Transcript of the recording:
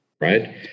right